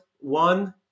one